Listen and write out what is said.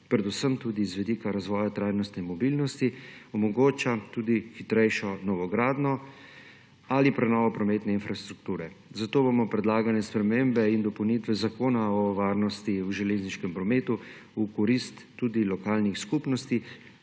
predvsem tudi z vidika razvoja trajnostne mobilnosti, omogočajo tudi hitrejšo novogradnjo ali prenovo prometne infrastrukture. Zato bomo predlagane spremembe in dopolnitve Zakona o varnosti v železniškem prometu v korist tudi lokalnih skupnosti